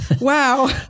wow